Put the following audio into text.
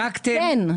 בדקתם?